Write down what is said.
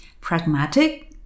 pragmatic